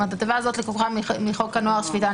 התיבה הזאת לקוחה מחוק הנוער (שפיטה,